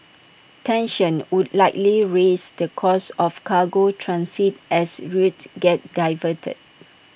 tensions would likely raise the cost of cargo transit as routes get diverted